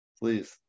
please